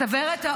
שקרנית.